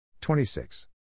26